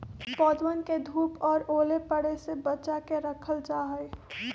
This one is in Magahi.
पौधवन के धूप और ओले पड़े से बचा के रखल जाहई